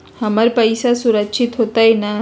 हमर पईसा सुरक्षित होतई न?